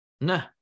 No